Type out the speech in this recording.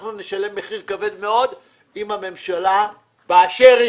אנחנו נשלם מחיר כבד מאוד אם הממשלה באשר היא